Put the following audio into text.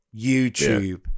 YouTube